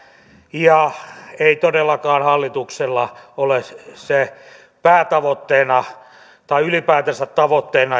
ja ei todellakaan hallituksella ole päätavoitteena tai ylipäätänsä tavoitteena